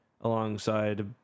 alongside